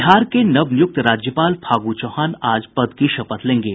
बिहार के नव नियुक्त राज्यपाल फागू चौहान आज पद की शपथ लेंगे